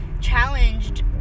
challenged